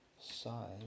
size